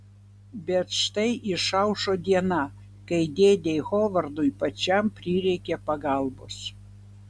bet štai išaušo diena kai dėdei hovardui pačiam prireikia pagalbos